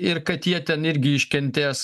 ir kad jie ten irgi iškentės